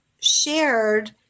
shared